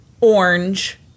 orange